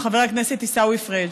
עם חבר הכנסת עיסאווי פריג'.